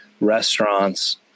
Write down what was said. restaurants